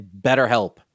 BetterHelp